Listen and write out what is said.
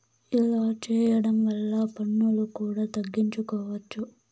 ఇలా చేయడం వల్ల పన్నులు కూడా తగ్గించుకోవచ్చు